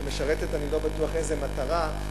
שמשרתת אני לא בטוח איזה מטרה.